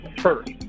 first